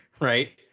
right